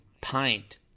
pint